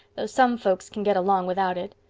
though some folks can get along without it.